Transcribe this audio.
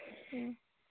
ꯎꯝ